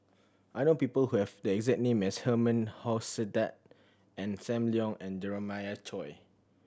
I know people who have the exact name as Herman Hochstadt Ong Sam Leong and Jeremiah Choy